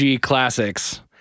classics